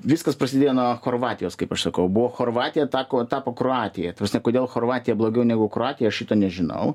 viskas prasidėjo nuo chorvatijos kaip aš sakau buvo chorvatija tako tapo kroatija ta prasme kodėl chorvatija blogiau negu kroatija aš šito nežinau